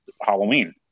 Halloween